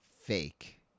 fake